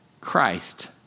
Christ